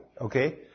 Okay